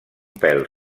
pèl